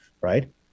Right